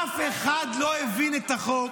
אף אחד לא הבין את החוק.